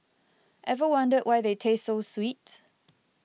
ever wondered why they taste so sweet